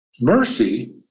mercy